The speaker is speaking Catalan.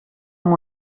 amb